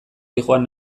zihoan